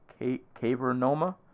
cavernoma